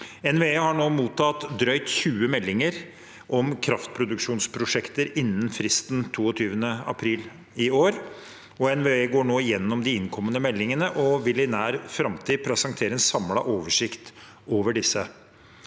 NVE har nå mottatt drøyt 20 meldinger om kraftproduksjonsprosjekter innen fristen 22. april i år. NVE går nå igjennom de innkommende meldingene og vil i nær framtid presentere en samlet oversikt over disse.